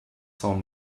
san